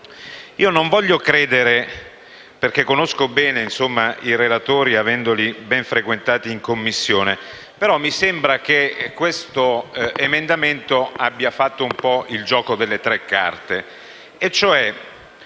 Io non ci voglio credere, perché conosco bene i relatori avendoli ben frequentati in Commissione, ma mi sembra che l'emendamento 1.500 abbia fatto il gioco delle tre carte.